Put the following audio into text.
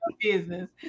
Business